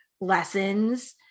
lessons